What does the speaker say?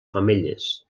femelles